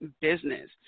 business